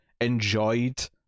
enjoyed